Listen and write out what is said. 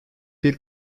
bir